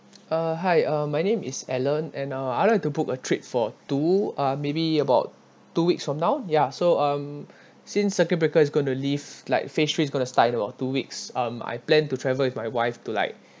uh hi uh my name is alan and uh I'd like to book a trip for two uh maybe about two weeks from now ya so um since circuit breaker is going to lift like phase three is going to start in about two weeks um I plan to travel with my wife to like